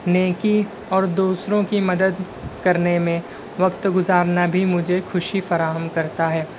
نیکی اور دوسروں کی مدد کرنے میں وقت گزارنا بھی مجھے خوشی فراہم کرتا ہے